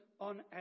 on